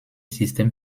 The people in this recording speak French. système